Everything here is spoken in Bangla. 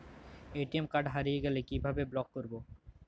এ.টি.এম কার্ড হারিয়ে গেলে কিভাবে ব্লক করবো?